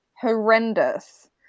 horrendous